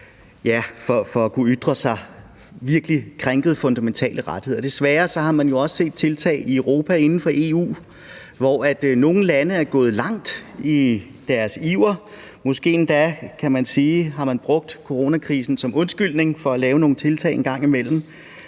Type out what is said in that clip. og altså virkelig krænket fundamentale rettigheder. Desværre har man også set tiltag i Europa inden for EU, hvor nogle lande er gået langt i deres iver, måske kan man endda sige, at de har brugt coronakrisen som undskyldning for at lave nogle tiltag en gang imellem,